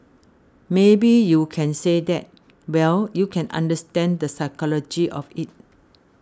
maybe you can say that well you can understand the psychology of it